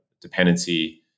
dependency